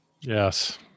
Yes